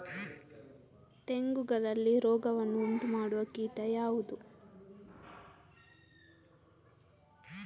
ತೆಂಗುಗಳಲ್ಲಿ ರೋಗವನ್ನು ಉಂಟುಮಾಡುವ ಕೀಟ ಯಾವುದು?